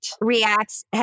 reacts